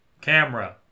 Camera